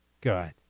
Good